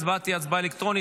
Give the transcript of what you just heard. ההצבעה תהיה הצבעה אלקטרונית.